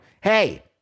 hey